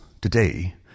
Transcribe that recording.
today